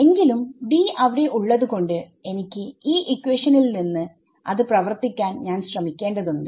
എങ്കിലും D അവിടെ ഉള്ളത് കൊണ്ട് എനിക്ക് ഈ ഇക്വേഷനിൽ നിന്ന് അത് പ്രവർത്തിക്കാൻ ഞാൻ ശ്രമിക്കേണ്ടതുണ്ട്